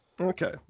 Okay